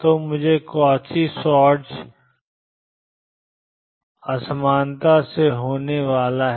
तो मुझे Cauchy Schwarz असमानता से होने वाला है